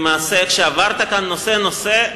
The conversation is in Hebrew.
למעשה כשעברת כאן נושא נושא,